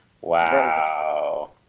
Wow